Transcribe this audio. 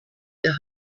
der